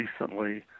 Recently